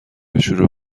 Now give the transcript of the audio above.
بشوره